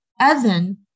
Evan